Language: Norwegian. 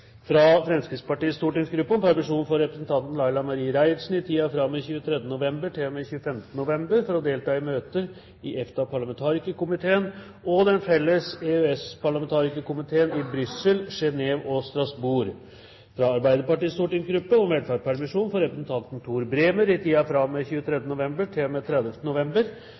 fra Fremskrittspartiets stortingsgruppe om permisjon for representanten Laila Marie Reiertsen i tiden fra og med 23. november til og med 25. november for å delta i møter i EFTA-parlamentarikerkomiteene og den felles EØS-parlamentarikerkomiteen i Brussel, Genève og Strasbourg fra Arbeiderpartiets stortingsgruppe om velferdspermisjon for representanten Tor Bremer i tiden fra og med 23. november